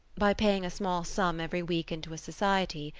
by paying a small sum every week into a society,